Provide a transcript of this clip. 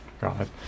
God